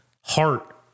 heart